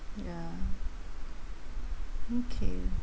ya okay